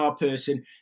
person